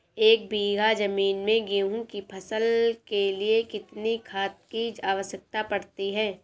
एक बीघा ज़मीन में गेहूँ की फसल के लिए कितनी खाद की आवश्यकता पड़ती है?